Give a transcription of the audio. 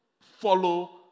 follow